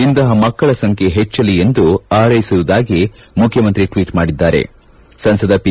ಇಂತಹ ಮಕ್ಕಳ ಸಂಬ್ದೆ ಹೆಚ್ಚಲಿ ಎಂದು ಹಾರೈಸುವುದಾಗಿ ಮುಖ್ಯಮಂತ್ರಿ ಟ್ವೀಟ್ ಮಾಡಿದ್ದಾರೆ ಸಂಸದ ಪಿ